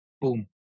boom